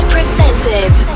Presented